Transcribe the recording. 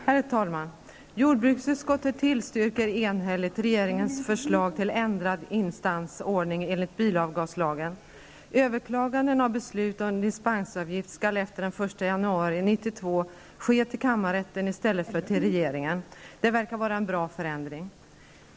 Herr talman! Jordbruksutskottet tillstyrker enhälligt regeringens förslag till ändrad instansordning enligt bilavgaslagen. Överklaganden av beslut om dispensavgift skall efter den 1 jan 1992 ske till kammarrätten i stället för till regeringen. Det verkar vara en bra förändring.